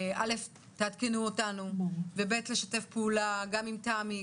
שתעדכנו אותנו ולשתף פעולה גם עם תמי,